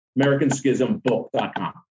americanschismbook.com